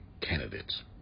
candidates